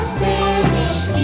Spanish